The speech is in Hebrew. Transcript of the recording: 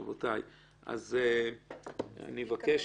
רבותיי, אז אני אבקש